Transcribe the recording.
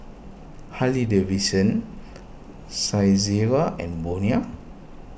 Harley Davidson Saizeriya and Bonia